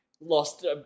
lost